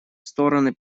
стороны